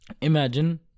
imagine